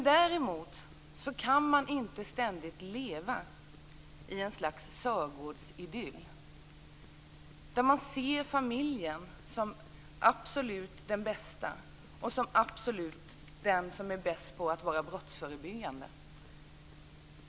Däremot kan man inte ständigt leva i ett slags sörgårdsidyll, där man ser familjen som den som är absolut bäst på att vara brottsförebyggande.